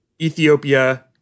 Ethiopia